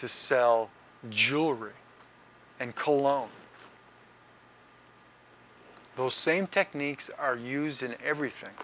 to sell jewelry and cologne those same techniques are used in everything